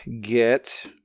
get